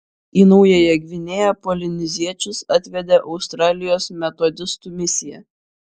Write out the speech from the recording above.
į naująją gvinėją polineziečius atvedė australijos metodistų misija